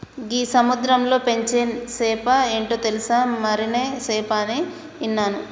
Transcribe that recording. గీ సముద్రంలో పెంచే సేప ఏంటో తెలుసా, మరినే సేప అని ఇన్నాను